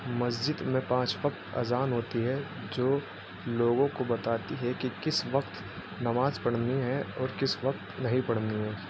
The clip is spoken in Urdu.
مسجد میں پانچ وقت اذان ہوتی ہے جو لوگوں کو بتاتی ہے کہ کس وقت نماز پڑھنی ہے اور کس وقت نہیں پڑھنی ہے